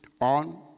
on